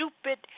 stupid